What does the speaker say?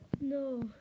No